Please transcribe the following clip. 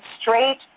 straight